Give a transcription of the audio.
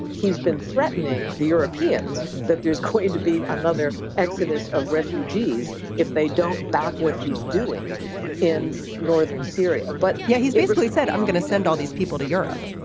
he's been threatening the europeans that there's going to be another exodus of refugees if they don't back what he's doing in northern syria. but yeah he's basically said i'm going to send all these people to europe.